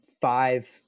five